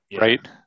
right